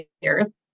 years